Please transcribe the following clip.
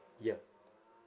ya